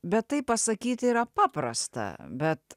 bet taip pasakyt yra paprasta bet